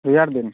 ᱨᱮᱭᱟᱲ ᱫᱤᱱ